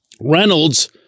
Reynolds